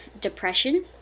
depression